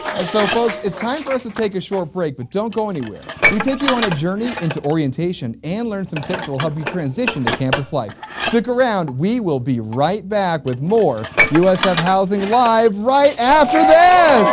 and, so folks, it's time for us to take a short break, but don't go anywhere! we take you on a journey into orientation and learn some tips that will help you transition to campus life. stick around we will be right back with more usf housing live, right after this!